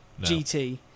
GT